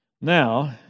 Now